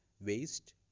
waste